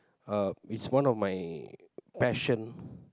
uh it's one of my passion